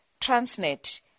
Transnet